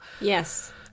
Yes